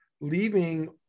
leaving